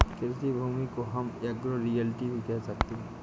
कृषि भूमि को हम एग्रो रियल्टी भी कह सकते है